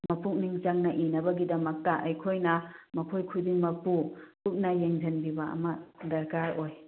ꯃꯄꯨꯛꯅꯤꯡ ꯆꯪꯅ ꯏꯅꯕꯒꯤꯗꯃꯛꯇ ꯑꯩꯈꯣꯏꯅ ꯃꯈꯣꯏ ꯈꯨꯗꯤꯡꯃꯛꯄꯨ ꯀꯨꯞꯅ ꯌꯦꯡꯁꯤꯟꯕꯤꯕ ꯑꯃ ꯗꯔꯀꯥꯔ ꯑꯣꯏ